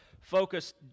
focus